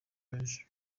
benshi